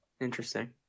interesting